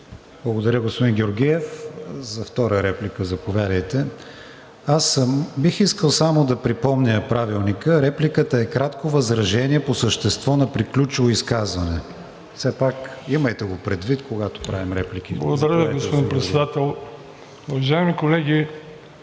Благодаря, господин Георгиев. За втора реплика – заповядайте. Аз бих искал само да припомня Правилника: „Репликата е кратко възражение по същество на приключило изказване.“ Все пак имайте го предвид, когато правим реплики. ЕМИЛ ГЕОРГИЕВ (БСП за България): Благодаря Ви, господин Председател. Уважаеми колеги,